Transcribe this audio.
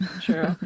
True